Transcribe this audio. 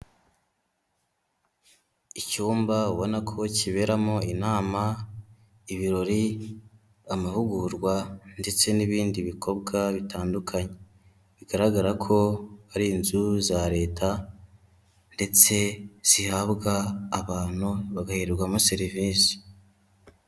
Icyumba ubona ko kiberamo inama ibirori amahugurwa ndetse n'ibindi bikorwa bitandukanye, bigaragara ko ari inzu za leta ndetse zihabwa abantu bagaherwamo serivisi.